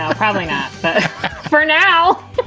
ah probably not for now.